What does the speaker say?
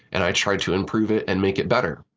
and i tried to improve it and make it better.